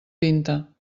pinta